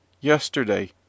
YESTERDAY